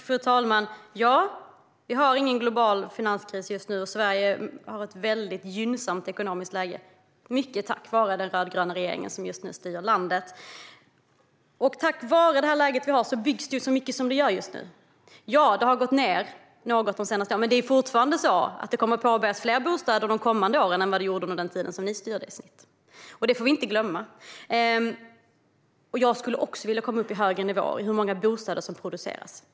Fru talman! Det råder ingen global finanskris just nu, och Sverige har ett gynnsamt ekonomiskt läge - mycket tack vare den rödgröna regering som just nu styr landet. Tack vare detta läge byggs mycket. Ja, byggandet har sjunkit något de senaste åren, men det kommer fortfarande att påbörjas fler bostäder de kommande åren än vad som påbörjades under de år ni styrde. Det får vi inte glömma. Jag skulle också vilja komma upp på högre nivåer i hur många bostäder som produceras.